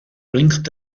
blinkt